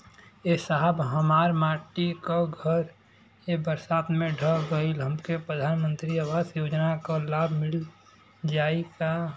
ए साहब हमार माटी क घर ए बरसात मे ढह गईल हमके प्रधानमंत्री आवास योजना क लाभ मिल जाई का?